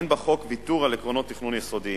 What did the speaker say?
אין בחוק ויתור על עקרונות תכנון יסודיים,